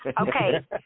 Okay